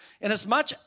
Inasmuch